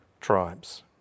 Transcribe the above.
tribes